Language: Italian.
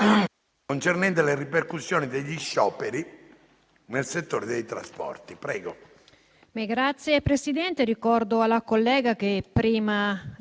sulle ripercussioni degli scioperi nel settore dei trasporti